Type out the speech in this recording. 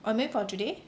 oh you mean for today